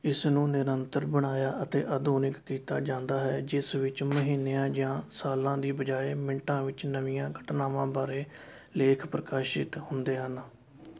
ਇਸ ਨੂੰ ਨਿਰੰਤਰ ਬਣਾਇਆ ਅਤੇ ਆਧੁਨਿਕ ਕੀਤਾ ਜਾਂਦਾ ਹੈ ਜਿਸ ਵਿੱਚ ਮਹੀਨਿਆਂ ਜਾਂ ਸਾਲਾਂ ਦੀ ਬਜਾਏ ਮਿੰਟਾਂ ਵਿੱਚ ਨਵੀਆਂ ਘਟਨਾਵਾਂ ਬਾਰੇ ਲੇਖ ਪ੍ਰਕਾਸ਼ਿਤ ਹੁੰਦੇ ਹਨ